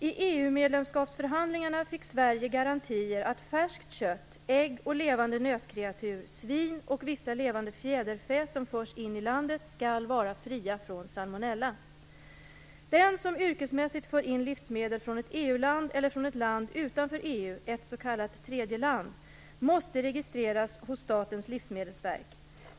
I EU-medlemskapsförhandlingarna fick Sverige garantier att färskt kött, ägg och levande nötkreatur, svin och vissa levande fjäderfä som förs in i landet skall vara fria från salmonella. Den som yrkesmässigt för in livsmedel från ett EU-land eller från ett land utanför EU, ett s.k. tredje land, måste registreras hos Statens livsmedelsverk.